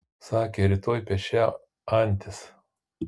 sakė rytoj pešią antis